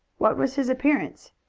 what was his appearance?